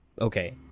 Okay